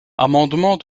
amendement